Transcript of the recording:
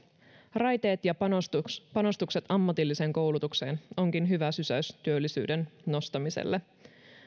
raiteet ja panostukset ammatilliseen koulutukseen ovatkin hyvä sysäys työllisyyden nostamiselle